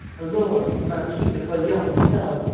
a lord, a marquis napoleon himself.